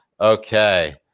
Okay